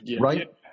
Right